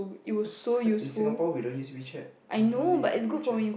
in Singapore we don't use WeChat there's no need for WeChat